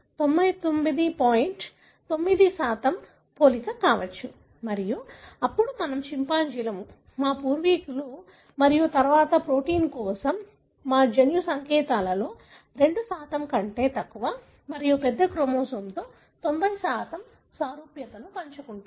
9 పోలిక కావచ్చు మరియు అప్పుడు మనము చింపాంజీలు మా పూర్వీకులు మరియు తరువాత ప్రోటీన్ కోసం మా జన్యు సంకేతాలలో 2 కంటే తక్కువ మరియు పెద్ద క్రోమోజోమ్తో 90 సారూప్యతను పంచుకుంటాము